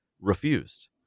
refused